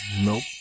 Nope